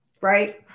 Right